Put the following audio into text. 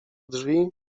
drzwi